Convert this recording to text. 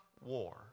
war